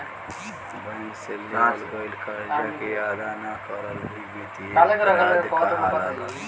bank से लेवल गईल करजा के अदा ना करल भी बित्तीय अपराध कहलाला